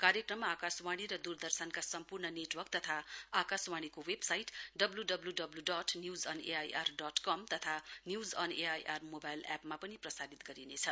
कार्यक्रम आकाशवाणी र दूरदर्शनका सम्पूर्ण नेटवर्क तथा आकाशवाणीको वेबसाइट डब्लूडब्लूडब्लून्यूजएनएयरकम तथा news on A I R mobile एपमा पनि प्रसारित गरिनेछ